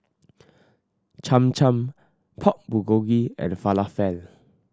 Cham Cham Pork Bulgogi and Falafel